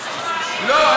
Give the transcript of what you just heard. לא.